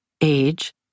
Age